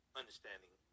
understanding